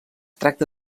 tracta